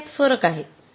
आता यात फरक आहे